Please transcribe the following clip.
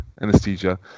anesthesia